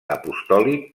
apostòlic